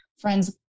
friends